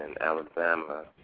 Alabama